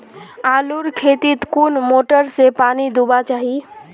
आलूर खेतीत कुन मोटर से पानी दुबा चही?